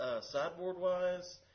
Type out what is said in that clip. Sideboard-wise